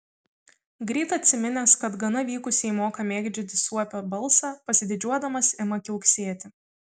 greit atsiminęs kad gana vykusiai moka mėgdžioti suopio balsą pasididžiuodamas ima kiauksėti